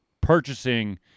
purchasing